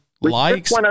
likes